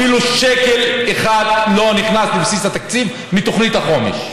אפילו שקל אחד לא נכנס לבסיס התקציב מתוכנית החומש.